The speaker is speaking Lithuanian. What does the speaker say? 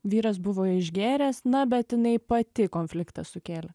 vyras buvo išgėręs na bet jinai pati konfliktą sukėlė